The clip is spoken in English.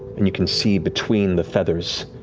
and you can see, between the feathers,